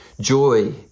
joy